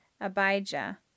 Abijah